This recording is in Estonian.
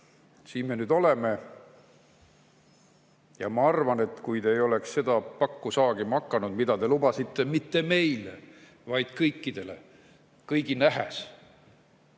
me nüüd oleme. Ja ma arvan, et kui te ei oleks seda pakku saagima hakanud, mida te lubasite – mitte meile, vaid kõikidele, kõigi nähes,